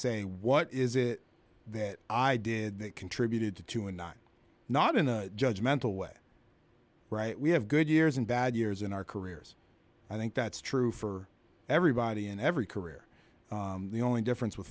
say what is it that i did that contributed to to a not not in a judge mental way right we have good years and bad years in our careers i think that's true for everybody and every career the only difference with